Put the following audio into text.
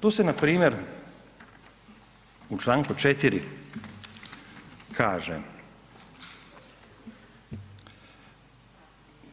Tu se npr. u čl. 4. kaže